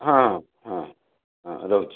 ହଁ ହଁ ହଁ ରହୁଛି